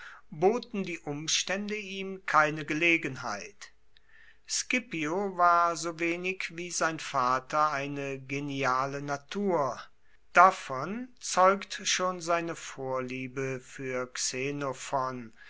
boten die umstände ihm keine gelegenheit scipio war so wenig wie sein vater eine geniale natur davon zeugt schon seine vorliebe für xenophon